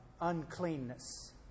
uncleanness